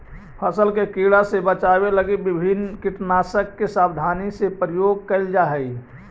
फसल के कीड़ा से बचावे लगी विभिन्न कीटनाशक के सावधानी से प्रयोग कैल जा हइ